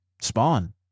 spawn